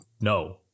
no